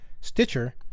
stitcher